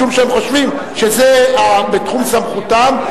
משום שהם חושבים שזה בתחום סמכותם,